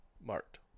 Marked